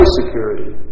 security